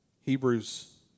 Hebrews